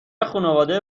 خونواده